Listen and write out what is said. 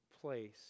place